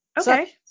Okay